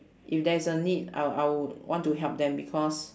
if there is a need I I would want to help them because